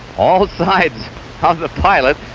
all sides of the pilot.